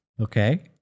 Okay